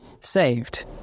saved